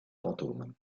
fantôme